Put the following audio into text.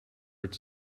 its